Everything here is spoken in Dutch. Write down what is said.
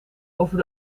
over